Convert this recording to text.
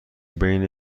بین